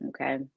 okay